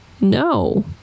No